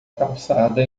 calçada